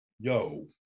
Yo